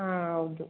ಹಾಂ ಹೌದು